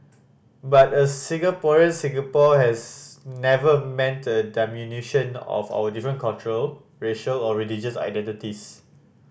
but a Singaporean Singapore has never meant a diminution of our different cultural racial or religious identities